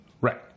Right